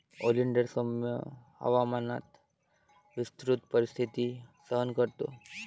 oleander सौम्य हवामानात विस्तृत परिस्थिती सहन करतो